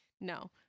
No